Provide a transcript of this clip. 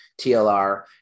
TLR